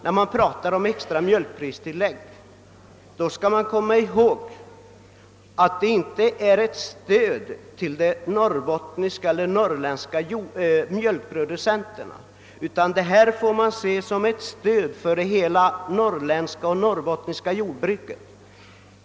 När man talar om extra mjölkpristillägg skall man komma ihåg att det inte rör sig om hjälp bara till mjölkproducenterna, utan det får ses som ett stöd åt hela det norrbottniska och norrländska jordbruket.